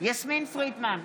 יסמין פרידמן,